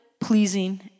pleasing